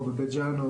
בבית ג'אן,